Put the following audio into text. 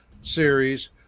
series